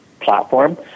platform